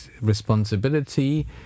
responsibility